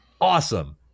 awesome